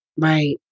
right